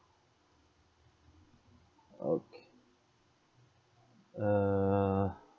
okay err